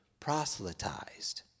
proselytized